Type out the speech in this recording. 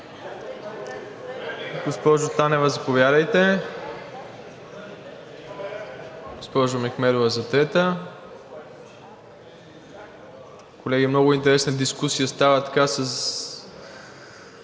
Госпожо Танева, заповядайте. Госпожа Мехмедова – за трета. Колеги, много интересна дискусия става така –